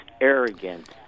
arrogant